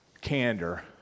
candor